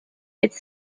its